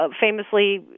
famously